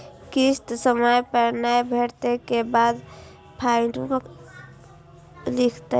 किस्त समय पर नय कटै के बाद फाइनो लिखते?